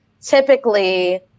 typically